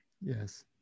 Yes